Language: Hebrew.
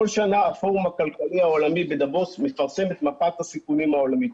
כל שנה הפורום הכלכלי העולמי בדאבוס מפרסם את מפת הסיכונים העולמית.